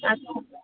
अच्छा